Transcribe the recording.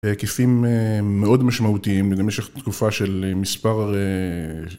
בהיקפים מאוד משמעותיים למשך תקופה של מספר